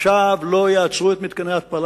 אני רוצה להבטיח לך: עכשיו לא יעצרו את מתקני ההתפלה.